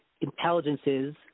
intelligences